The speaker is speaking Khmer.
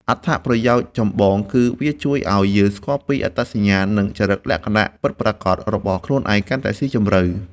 អត្ថប្រយោជន៍ចម្បងគឺវាជួយឱ្យយើងស្គាល់ពីអត្តសញ្ញាណ និងចរិតលក្ខណៈពិតប្រាកដរបស់ខ្លួនឯងកាន់តែស៊ីជម្រៅ។